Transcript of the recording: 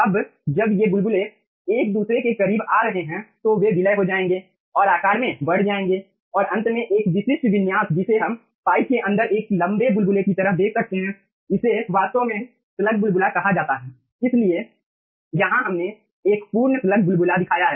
अब जब ये बुलबुले एक दूसरे के बहुत करीब आ रहे हैं तो वे विलय हो जाएंगे और आकार में बढ़ जाएंगे और अंत में एक विशिष्ट विन्यास जिसे हम पाइप के अंदर एक लंबे बुलबुले की तरह देख सकते हैं इसे वास्तव में स्लग बुलबुला कहा जाता है इसलिए यहां हमने एक पूर्ण स्लग बुलबुला दिखाया है